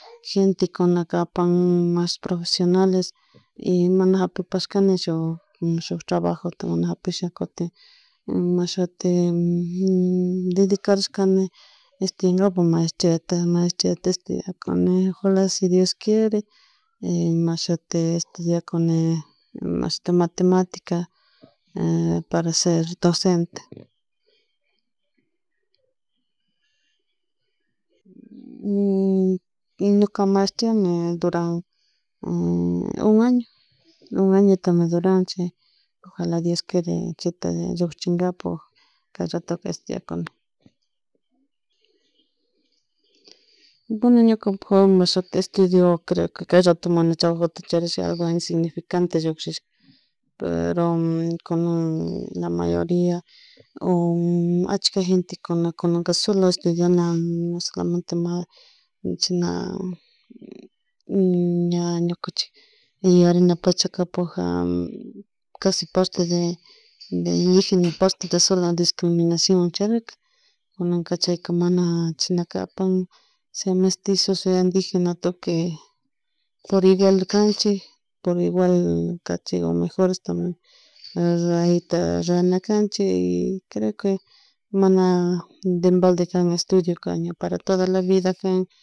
Gente kunakapak mas profesionales y mana hapinpas kañishu mushuk trabajota hapin shakutin imashutik dedicados kani esterior maestriata, maestriata etudiakuni ojala si Dios quiere imashutik estudiakuni mashti matematica para ser docente ñuka maestriami duran un añi chay oja Dios chayta llukshinkapuk cay rato estudiakuni, bueno ñuka puk estudio creo kay rato mana trabajo charish algo insignificante llukshika pero kuna la mayoria humm ashka gentekuna kuna solo estudianan solomente mana chashna ña ñukanchik pukjaku casi parte de de indigena parte solo descriminación charirka kuna chayka mana chashnaka kapan sea mestizo sea indigena tukuy por igual kanchik por igual ñukanchik o mejores rayta rurana canchik creo mana devalde can estudioka para la toda la vida kapan.